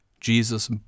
Jesus